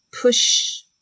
push